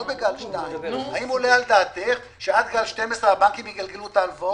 לא בגל 2. האם עולה על דעתך שעד גל 12 הבנקים יגלגלו את ההלוואות?